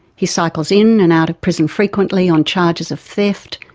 he cycles in and out of prison frequently on charges of theft,